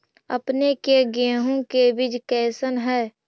अपने के गेहूं के बीज कैसन है?